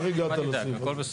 איך הגעת לזה?